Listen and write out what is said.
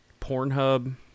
Pornhub